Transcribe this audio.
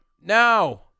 Now